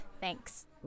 Thanks